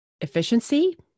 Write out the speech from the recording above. Efficiency